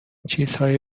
چیزهایی